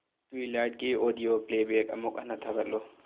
ꯇ꯭ꯋꯤꯂꯥꯏꯠꯀꯤ audio playback ꯑꯃꯨꯛ ꯍꯟꯅ ꯊꯥꯒꯠꯂꯨ